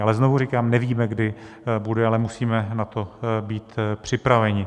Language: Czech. Ale znovu říkám: nevíme, kdy to bude, ale musíme na to být připraveni.